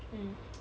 mm